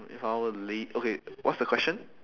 if I were late okay what's the question